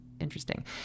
interesting